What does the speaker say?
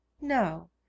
No